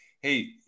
Hey